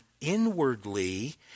inwardly